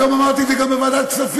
היום אמרתי את זה גם בוועדת הכספים: